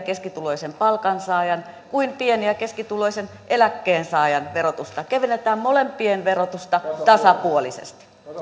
keskituloisen palkansaajan kuin pieni ja keskituloisen eläkkeensaajan verotusta kevennetään molempien verotusta tasapuolisesti